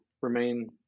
remain